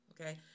Okay